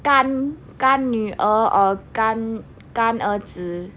干干干女儿 or 干干儿子